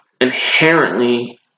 inherently